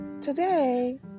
Today